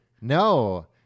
No